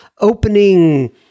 opening